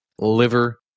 liver